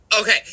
Okay